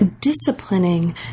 disciplining